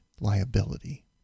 liability